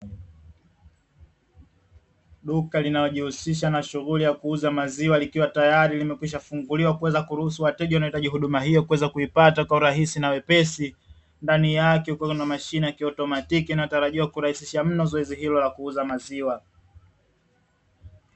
Duka linajihusisha na shughuli ya kuuza maziwa likiwa tayari limekwisha funguliwa kuweza kuruhusu wateja wanahitaji huduma hiyo kuweza kuipata kwa urahisi na wepesi, ndani yake kwa hivyo kuna mashine ya kiautomatiki inayotarajiwa kurahisisha mno zoezi hilo la kuuza maziwa.